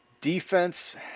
Defense